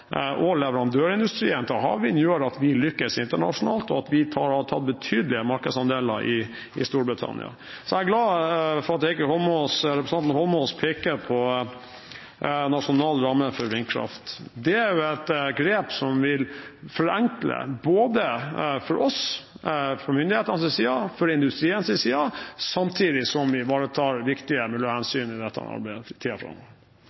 og leverandørindustrien til havvind, gjør at vi lykkes internasjonalt, og at vi har tatt betydelige markedsandeler i Storbritannia. Så er jeg glad for at representanten Eidsvoll Holmås peker på nasjonal ramme for vindkraft. Det er et grep som vil forenkle både for oss fra myndighetenes side og fra industriens side samtidig som vi ivaretar viktige